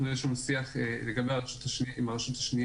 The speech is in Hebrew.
יש לנו שיח עם הרשות השניה,